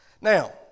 Now